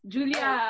Julia